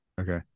okay